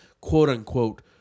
quote-unquote